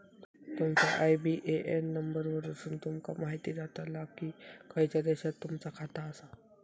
तुमच्या IBAN number वरसुन तुमका म्हायती जाताला की खयच्या देशात तुमचा खाता आसा